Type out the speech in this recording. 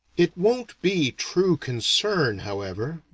it won't be true concern, however,